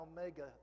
omega